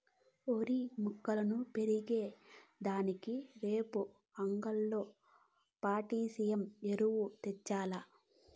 ఓరి మొక్కలు పెరిగే దానికి రేపు అంగట్లో పొటాసియం ఎరువు తెచ్చాల్ల